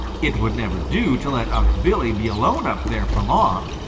it would never do to let unc' billy be alone up there for long.